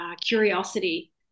curiosity